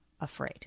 afraid